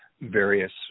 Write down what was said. various